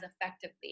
effectively